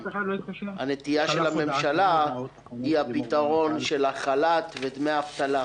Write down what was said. הנטייה של הממשלה היא חל"ת ודמי אבטלה.